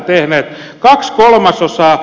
sitä ette tehneet